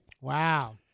Wow